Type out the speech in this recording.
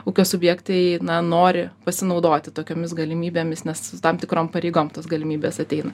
ūkio subjektai na nori pasinaudoti tokiomis galimybėmis nes tam tikrom pareigom tos galimybės ateina